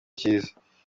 cyiza